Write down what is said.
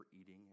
eating